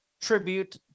tribute